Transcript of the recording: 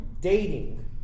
Dating